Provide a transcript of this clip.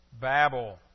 Babel